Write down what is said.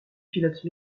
pilote